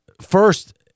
First